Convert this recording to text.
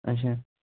اَچھا